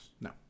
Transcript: No